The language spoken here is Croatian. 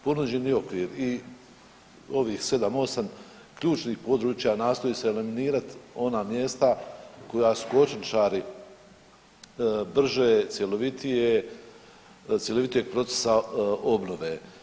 Ponuđeni okvir i ovih 7, 8 ključnih područja nastoji se eliminirati ona mjesta koja su kočničari brže, cjelovitije, cjelovitijeg procesa obnove.